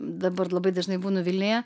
dabar labai dažnai būnu vilniuje